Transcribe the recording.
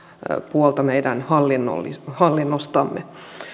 puolta meidän hallinnostamme